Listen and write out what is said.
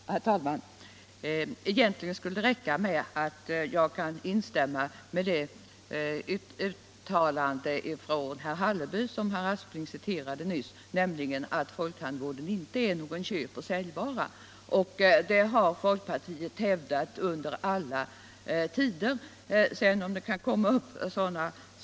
Herr talman! Egentligen skulle det räcka medratt säga att jag instämmer i det uttalande av herr Hallerby som herr Aspling återgav, nämligen att folktandvården inte är någon köpoch säljvara. Det har folkpartiet hävdat under alla tider.